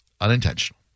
unintentional